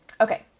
okay